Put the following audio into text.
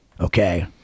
okay